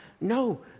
No